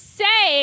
say